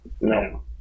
No